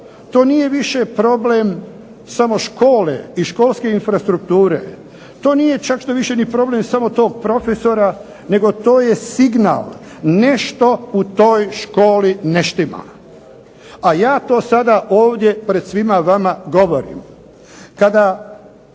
To nije više problem samo škole i školske infrastrukture, to nije čak štoviše ni problem samo tog profesora, nego to je signal, nešto u toj školi ne štima, a ja to sada ovdje pred svima vama govorim. Kada